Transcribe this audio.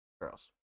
Girls